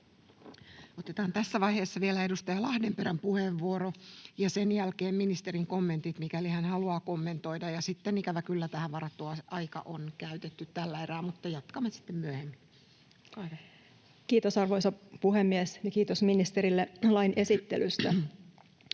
Otetaan tässä vaiheessa vielä edustaja Lahdenperän puheenvuoro ja sen jälkeen ministerin kommentit, mikäli hän haluaa kommentoida, ja sitten ikävä kyllä tähän varattu aika on käytetty tällä erää, mutta jatkamme sitten myöhemmin. — Olkaa hyvä. [Speech 152] Speaker: Milla Lahdenperä